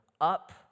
up